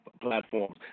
platforms